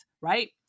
right